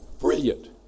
brilliant